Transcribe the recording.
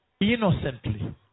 Innocently